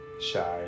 shy